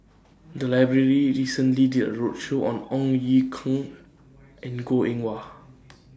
The Library recently did A roadshow on Ong Ye Kung and Goh Eng Wah